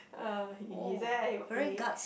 uh he he say he